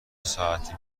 ساعتی